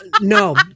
No